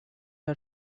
are